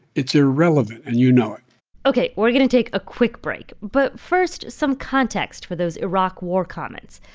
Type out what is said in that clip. it's irrelevant, and you know it ok, we're going to take a quick break. but, first, some context for those iraq war comments.